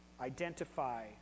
identify